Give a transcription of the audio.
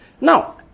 Now